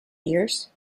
years